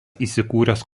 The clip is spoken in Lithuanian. įsikūręs